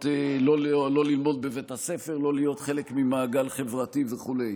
ללמוד בבית הספר, לא להיות חלק ממעגל חברתי וכו'.